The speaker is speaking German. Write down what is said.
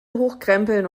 hochkrempeln